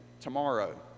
tomorrow